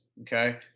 okay